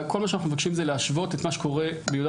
כל מה שאנחנו מבקשים זה להשוות את מה שקורה ביהודה